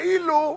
כאילו,